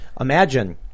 imagine